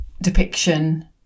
depiction